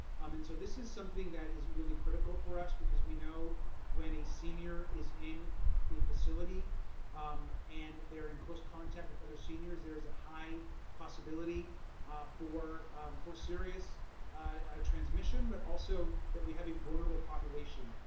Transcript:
um and so this is something that is really critical for us because we know when a senior is in a facility and they're in close contact with other seniors, there is a high possibility for for serious transmission but also that we have a vulnerable population.